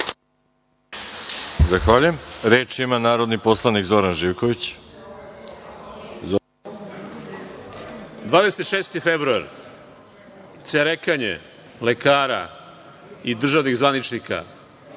26. februar cerekanje lekara i državnih zvaničnika.